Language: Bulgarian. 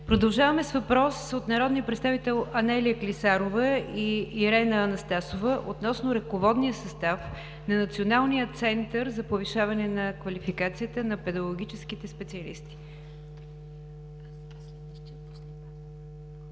Продължаваме с въпрос от народните представители Анелия Клисарова и Ирена Анастасова относно ръководния състав на Националния център за повишаване на квалификацията на педагогическите специалисти.